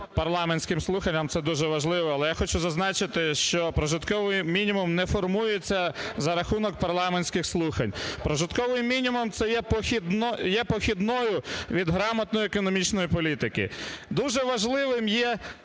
парламентським слуханням, це дуже важливо, але я хочу зазначити, що прожитковий мінімум не формується за рахунок парламентських слухань. Прожитковий мінімум – це є похідною від грамотної економічної політики. Дуже важливим є створити